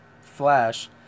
Flash